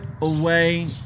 away